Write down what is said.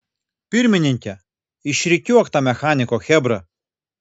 pirmininke išrikiuok tą mechaniko chebrą